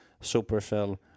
Supercell